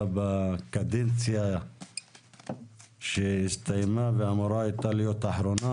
בקדנציה שהסתיימה והייתה אמורה להיות אחרונה.